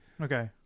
okay